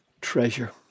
treasure